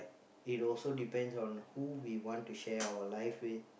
it also depends on who we want to share our life with